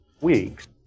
weeks